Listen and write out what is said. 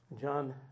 John